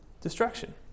destruction